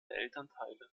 elternteile